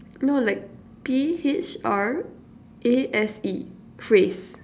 no like P_H_R_A_S_E phrase